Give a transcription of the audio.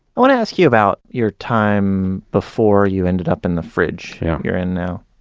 want to ask you about your time before you ended up in the fridge you're in now.